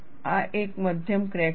આ એક મધ્યમ ક્રેક છે